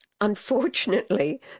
Unfortunately